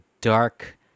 dark